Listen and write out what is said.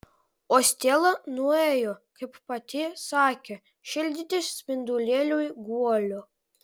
o stela nuėjo kaip pati sakė šildyti spindulėliui guolio